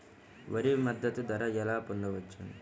వరి మద్దతు ధర ఎలా పొందవచ్చు?